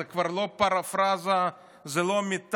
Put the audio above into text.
זו כבר לא פרפראזה, לא מטפורה,